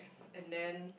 and then